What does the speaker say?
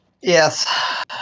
Yes